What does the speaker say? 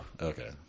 Okay